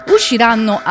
Usciranno